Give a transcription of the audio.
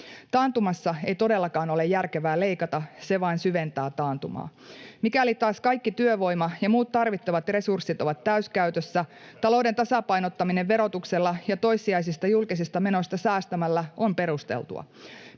Taantumassa ei todellakaan ole järkevää leikata, se vain syventää taantumaa. Mikäli taas kaikki työvoima ja muut tarvittavat resurssit ovat täyskäytössä, talouden tasapainottaminen verotuksella ja toissijaisista julkisista menoista säästämällä on perusteltua.